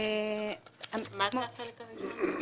--- מה כוונתך "החלק הראשון"?